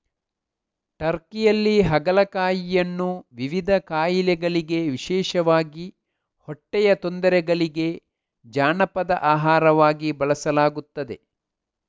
ಟರ್ಕಿಯಲ್ಲಿ ಹಾಗಲಕಾಯಿಯನ್ನು ವಿವಿಧ ಕಾಯಿಲೆಗಳಿಗೆ ವಿಶೇಷವಾಗಿ ಹೊಟ್ಟೆಯ ತೊಂದರೆಗಳಿಗೆ ಜಾನಪದ ಆಹಾರವಾಗಿ ಬಳಸಲಾಗುತ್ತದೆ